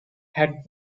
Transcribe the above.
had